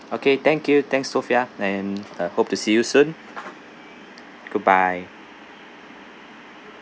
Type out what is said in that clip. okay thank you thanks sophia and I hope to see you soon goodbye